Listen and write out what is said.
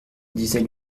disait